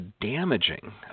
damaging